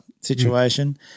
situation